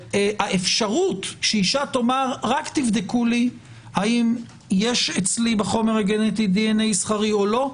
אפשרות שאישה תאמר: רק תבדקו האם יש אצלי בחומר הגנטי דנ"א זכרי או לא,